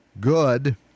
Good